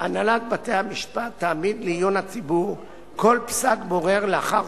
הנהלת בתי-המשפט תעמיד לעיון הציבור כל פסק בורר לאחר